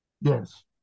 Yes